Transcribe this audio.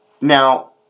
Now